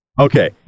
Okay